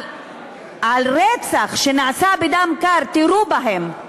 על רצח שנעשה בדם קר: תירו בהם.